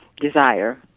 desire